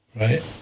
Right